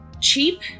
cheap